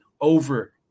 over